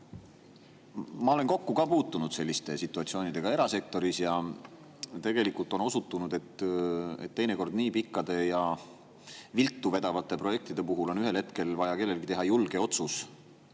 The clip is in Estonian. Ma olen kokku puutunud selliste situatsioonidega erasektoris ja tegelikult on osutunud, et teinekord on nii pikkade ja viltu vedavate projektide puhul ühel hetkel vaja kellelgi teha julge otsus